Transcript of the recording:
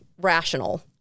rational